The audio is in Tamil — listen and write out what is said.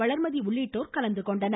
வளர்மதி உள்ளிட்டோர் கலந்துகொண்டனர்